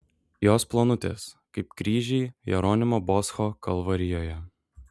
jos plonutės kaip kryžiai jeronimo boscho kalvarijoje